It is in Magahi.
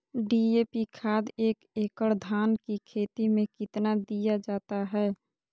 डी.ए.पी खाद एक एकड़ धान की खेती में कितना दीया जाता है?